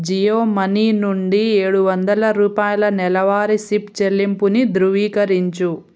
Jio Money నుండి ఏడు వందల రూపాయల నెలవారీ సిప్ చెల్లింపుని ధృవీకరించు